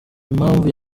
impamvu